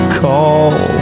call